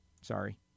Sorry